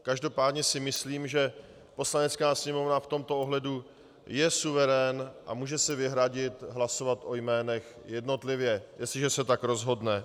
Každopádně si myslím, že Poslanecká sněmovna v tomto ohledu je suverén a může si vyhradit hlasovat o jménech jednotlivě, jestliže se tak rozhodne.